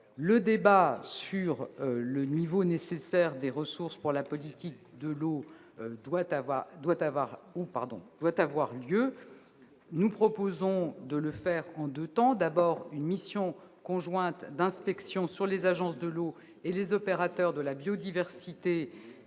lieu sur le niveau nécessaire des ressources de la politique de l'eau. Nous proposons de le faire en deux temps. D'abord, une mission conjointe d'inspection sur les agences de l'eau et les opérateurs de la biodiversité